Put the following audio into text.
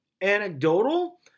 anecdotal